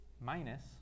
minus